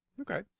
Okay